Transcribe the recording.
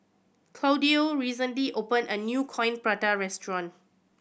Claudio recently opened a new Coin Prata restaurant